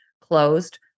closed